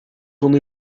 only